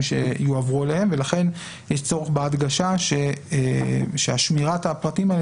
שיועברו להם ולכן יש צורך בהדגשה ששמירת הפרטים האלה